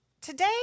today